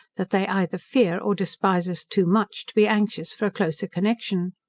that they either fear or despise us too much, to be anxious for a closer connection.